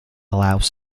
allows